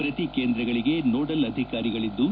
ಪ್ರತಿ ಕೇಂದ್ರಗಳಿಗೆ ನೋಡಲ್ ಅಧಿಕಾರಿಗಳಿದ್ದು